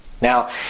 Now